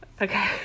Okay